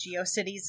Geocities